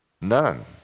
None